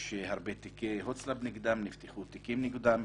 יש הרבה תיקי הוצל"פ נגדם, נפתחו תיקים נגדם,